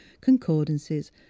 concordances